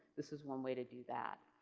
this is one way to do that.